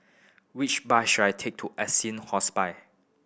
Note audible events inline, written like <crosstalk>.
which bus should I take to <unintelligible> Hospice